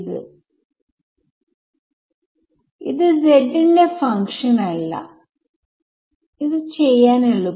ഇത് എന്ത് തരത്തിലുള്ള ഇക്വേഷൻ ആണ് ആൽഫയിൽ